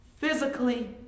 physically